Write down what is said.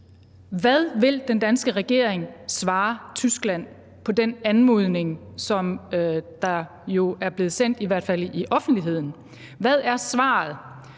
Hvad vil den danske regering svare Tyskland på den anmodning, som der jo er blevet sendt, i hvert fald i offentligheden? Hvad er svaret?